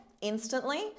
instantly